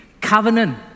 covenant